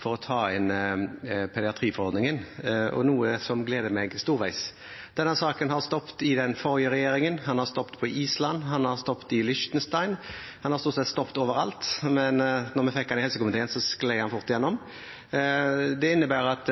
for å ta inn pediatriforordningen, noe som gleder meg stort. Denne saken stoppet i den forrige regjeringen, den har stoppet på Island, den har stoppet i Liechtenstein – den har stort sett stoppet overalt, men da vi fikk den i helsekomiteen, skled den fort igjennom. Det innebærer at